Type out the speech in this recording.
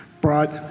brought